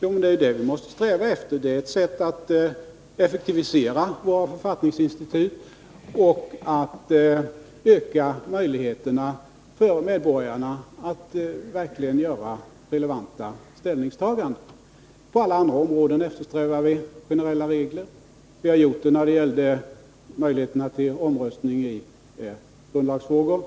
Jo, det är det vi måste sträva efter. Det är ett sätt att effektivisera vårt folkomröstningsinstitut och öka möjligheterna för medborgarna att verkligen göra relevanta ställningstaganden. På alla andra områden eftersträvar vi generella regler. Vi har gjort det t.ex. när det gäller möjligheterna till omröstning i grundlagsfrågor.